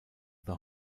the